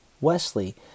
Wesley